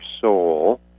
soul